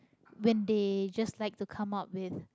when they just like to come up with